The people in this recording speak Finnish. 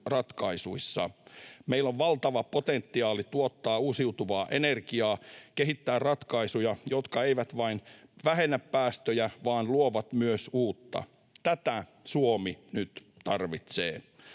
ratkaisuissa. Meillä on valtava potentiaali tuottaa uusiutuvaa energiaa, kehittää ratkaisuja, jotka eivät vain vähennä päästöjä vaan myös luovat uutta. Tätä Suomi nyt tarvitsee.